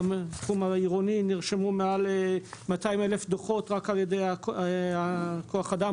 בתחום העירוני נרשמו מעל 200 אלף דוחות רק על ידי כוח אדם,